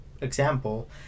example